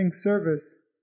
service